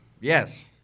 Yes